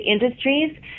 industries